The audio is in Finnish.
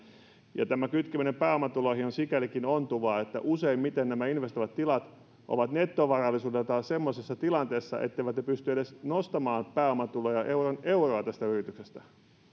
ja tämä kytkeminen pääomatuloihin on sikälikin ontuvaa että useimmiten nämä investoivat tilat ovat nettovarallisuudeltaan semmoisessa tilanteessa etteivät ne edes pysty nostamaan pääomatuloja euron euroa yrityksestä